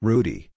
Rudy